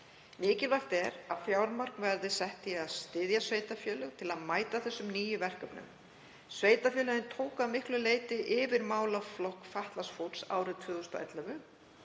Mikilvægt er að fjármagn verði sett í að styðja sveitarfélög til að mæta þessum nýju verkefnum. Sveitarfélögin tóku að miklu leyti yfir málaflokk fatlaðs fólks árið 2011